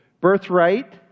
birthright